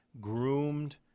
groomed